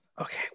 Okay